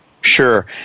Sure